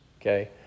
okay